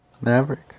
Maverick